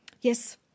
Yes